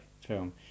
film